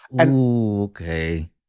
okay